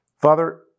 Father